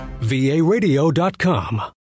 varadio.com